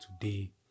today